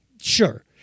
Sure